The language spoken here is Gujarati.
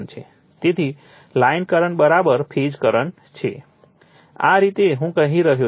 તેથી લાઈન કરંટ ફેઝ કરંટ છે આ રીતે હું કહી રહ્યો છું